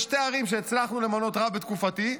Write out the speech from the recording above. בשתי הערים שהצלחנו למנות רב בתקופתי,